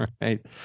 right